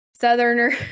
southerner